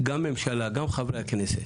גם ממשלה גם חברי הכנסת,